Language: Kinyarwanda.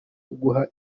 guha